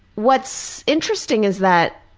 what's interesting is that